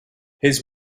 his